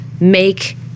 make